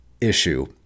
issue